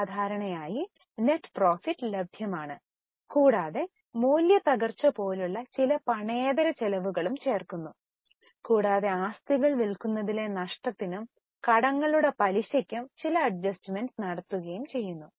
സാധാരണയായി net profit ലഭ്യമാണ് കൂടാതെ മൂല്യത്തകർച്ച പോലുള്ള ചില പണേതര ചെലവുകളും ചേർക്കുന്നു കൂടാതെ ആസ്തികൾ വിൽക്കുന്നതിലെ നഷ്ടത്തിനും കടങ്ങളുടെ പലിശയ്ക്കും ചില അഡ്ജസ്റ്മെന്റ്സ് നടത്തുകയും ചെയ്യുന്നു